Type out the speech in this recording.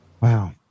Wow